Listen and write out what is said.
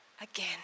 again